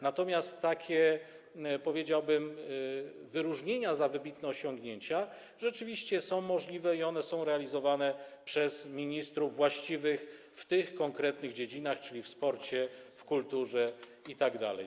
Natomiast takie, powiedziałbym, wyróżnienia za wybitne osiągnięcia rzeczywiście są możliwe i są realizowane przez ministrów właściwych dla tych konkretnych dziedzin, czyli dla sportu, kultury itd.